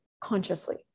consciously